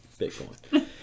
Bitcoin